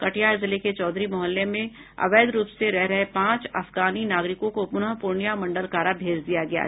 कटिहार जिले के चौधरी मोहल्ले में अवैध रूप से रह रहे पांच अफगानी नागरिकों को पुनः पूर्णिया मंडल कारा भेज दिया गया है